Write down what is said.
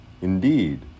Indeed